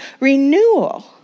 renewal